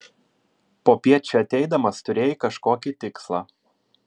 popiet čia ateidamas turėjai kažkokį tikslą